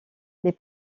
les